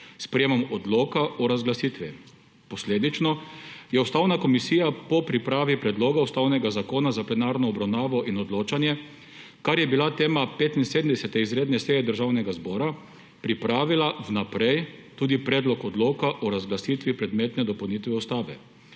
sprejetjem Odloka o razglasitvi, posledično, je Ustavna komisija po pripravi predloga ustavnega zakona za plenarno obravnavo in odločanje, kar je bila tema 75. izredne seje Državnega zbora, pripravila vnaprej tudi predlog odloka o razglasitvi predmetne dopolnitve ustave.